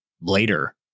later